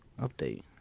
Update